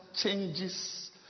changes